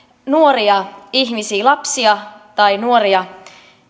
nuoria ihmisiä lapsia tai nuoria